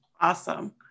Awesome